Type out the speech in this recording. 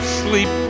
sleep